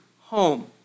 home